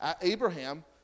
Abraham